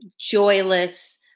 joyless